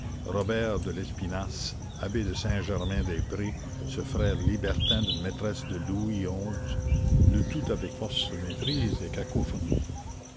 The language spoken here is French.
robert de lespinasse abbé de saint-germain-des-prés ce frère libertin d'une maîtresse de louis xi le tout avec force méprises et